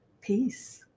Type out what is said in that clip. Peace